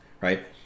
right